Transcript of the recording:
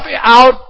out